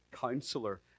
counselor